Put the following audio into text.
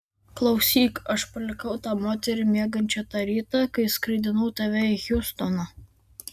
klausyk aš palikau tą moterį miegančią tą rytą kai skraidinau tave į hjustoną